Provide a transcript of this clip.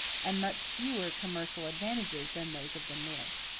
and much fewer commercial advantages than those of the north.